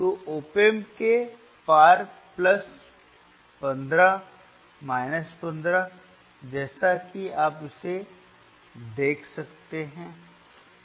तो op amp के पार प्लस 15 माइनस 15 जैसा कि आप इसे देख सकते हैं